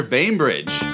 Bainbridge